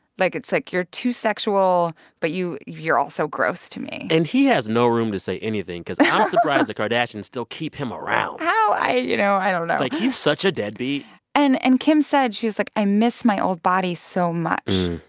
like, it's, like, you're too sexual, but you you're also gross to me and he has no room to say anything because. i'm surprised the kardashians still keep him around how i you know, i don't know like, he's such a deadbeat and and kim said, she was like, i miss my old body so much.